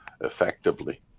effectively